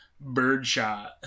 birdshot